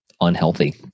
unhealthy